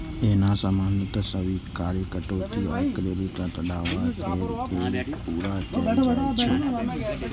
एना सामान्यतः स्वीकार्य कटौती आ क्रेडिटक दावा कैर के पूरा कैल जाइ छै